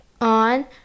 on